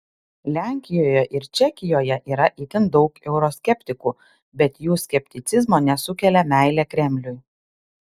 lenkijoje ir čekijoje yra itin daug euroskeptikų bet jų skepticizmo nesukelia meilė kremliui